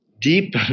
deep